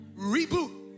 Reboot